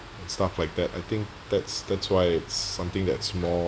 stuff like that I think that's that's why it's something that's more